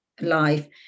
life